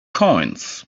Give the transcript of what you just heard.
coins